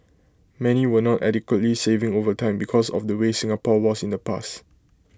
many were not adequately saving over time because of the way Singapore was in the past